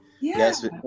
yes